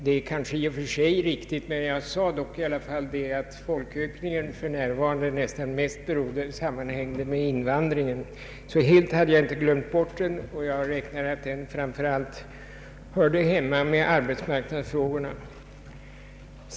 Det kanske i och för sig är riktigt, men jag sade ändå att folkökningen för närvarande nästan mest orsakas av invandringen. Helt hade jag alltså inte glömt bort den, och jag räknade med att den framför allt hörde hemma bland arbetsmarknadsfrågorna.